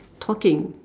talking